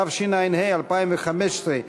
התשע"ה 2015,